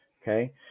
Okay